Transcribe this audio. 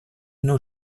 nos